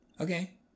okay